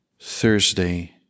Thursday